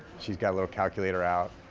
she's got a little calculator out,